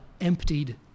emptied